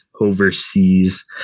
overseas